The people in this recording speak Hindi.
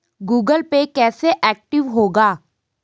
गूगल पे कैसे एक्टिव होगा?